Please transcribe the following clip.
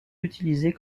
utilisés